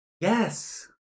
yes